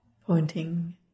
pointing